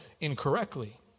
incorrectly